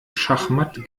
schachmatt